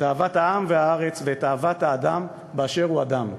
את אהבת העם והארץ ואת אהבת האדם באשר הוא אדם,